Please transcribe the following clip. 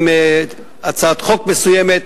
עם הצעת חוק מסוימת,